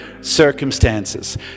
circumstances